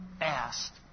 asked